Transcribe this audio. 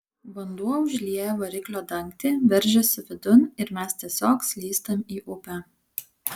vanduo užlieja variklio dangtį veržiasi vidun ir mes tiesiog slystam į upę